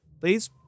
please